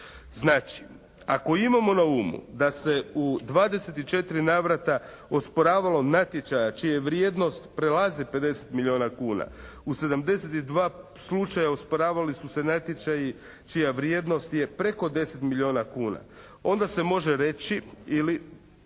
Znači ako imamo na umu da se u 24 navrata osporavalo natječaja čija vrijednost prelazi 50 milijuna kuna, u 72 slučajeva osporavali su se natječaji čija vrijednost je preko 10 milijuna kuna, onda se može reći ili